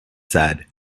said